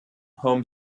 home